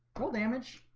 hole damage,